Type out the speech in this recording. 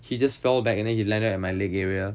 he just fell back and then he landed at my leg area